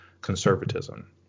conservatism